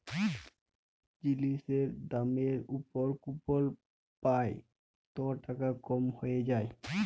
জিলিসের দামের উপর কুপল পাই ত টাকা কম হ্যঁয়ে যায়